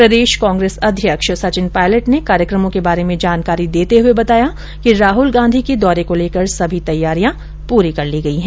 प्रदेश कांग्रेस अध्यक्ष सचिन पायलट ने कार्यक्रमों के बारे में जानकारी देते हुए बताया कि राहुल गांधी के दौरे को लेकर सभी तैयारियां पूरी कर ली गई है